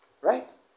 Right